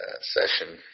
session